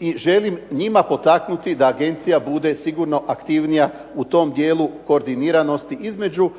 i želim njima potaknuti da agencija bude sigurno aktivnija u tom dijelu koordiniranosti između